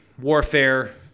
warfare